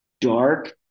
dark